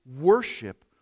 worship